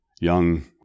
young